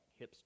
hipster